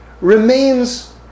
remains